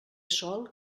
sol